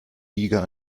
eager